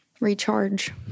recharge